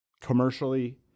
Commercially